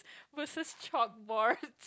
versus chalk boards